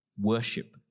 worship